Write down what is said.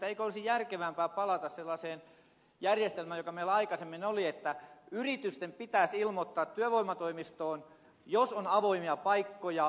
eikö olisi järkevämpää palata sellaiseen järjestelmään joka meillä aikaisemmin oli että yritysten pitäisi ilmoittaa työvoimatoimistoon jos on avoimia paikkoja